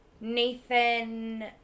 Nathan